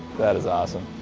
that is awesome.